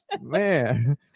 Man